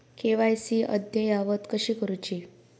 KYC अद्ययावत कशी करुची?